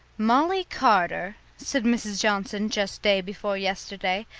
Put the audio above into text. molly carter, said mrs. johnson just day before yesterday,